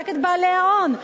רק את בעלי ההון.